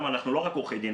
אנחנו לא רק עורכי דין,